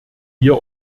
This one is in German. wir